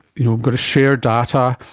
you know got to share data.